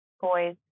boys